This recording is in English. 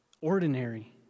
ordinary